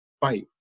fight